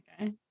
Okay